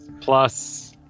plus